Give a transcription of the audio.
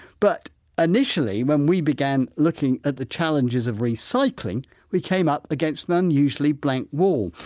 but initially when we began looking at the challenges of recycling we came up against an unusually blank wall.